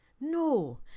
No